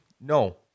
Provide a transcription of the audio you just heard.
no